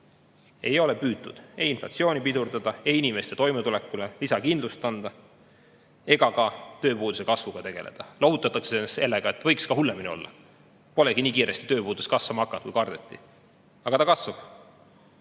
Pole püütud ei inflatsiooni pidurdada, ei inimeste toimetulekule lisakindlust anda ega ka tööpuuduse kasvuga tegeleda. Lohutatakse ennast sellega, et võiks ka hullemini olla, polegi nii kiiresti tööpuudus kasvama hakanud, kui kardeti. Aga ta kasvab.